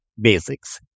basics